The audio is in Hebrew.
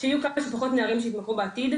שיהיו כמה שפחות נערים שיתמכרו בעתיד,